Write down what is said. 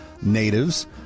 natives